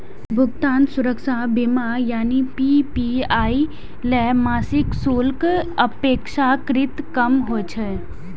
भुगतान सुरक्षा बीमा यानी पी.पी.आई लेल मासिक शुल्क अपेक्षाकृत कम होइ छै